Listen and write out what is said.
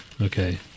Okay